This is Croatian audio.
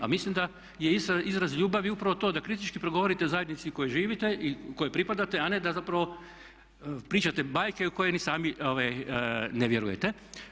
A mislim da je izraz ljubavi upravo to da kritički progovorite o zajednici u kojoj živite i kojoj pripadate a ne da zapravo pričate bajke u koje ni sami ne vjerujete.